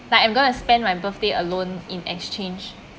like I'm going to spend my birthday alone in exchange